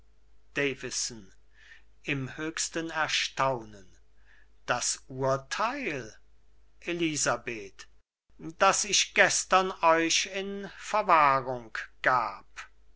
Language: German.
im höchsten erstaunen das urteil elisabeth das ich gestern euch in verwahrung gab